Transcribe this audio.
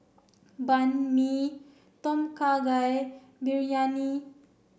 Banh Mi Tom Kha Gai Biryani